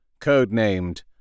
codenamed